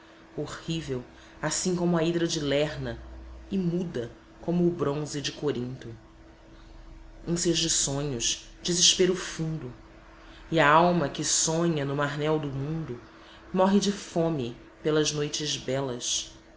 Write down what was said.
horrível assim como a hidra de lerna e muda como o bronze de corinto ânsias de sonhos desespero fundo e a alma que sonha no marnel do mundo morre de fome pelas noites belas